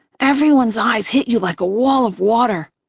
everyone's eyes hit you like a wall of water.